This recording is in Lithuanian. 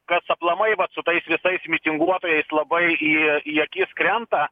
kas aplamai vat su tais visais mitinguotojais labai į į akis krenta